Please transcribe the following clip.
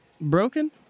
broken